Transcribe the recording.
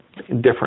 Different